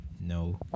no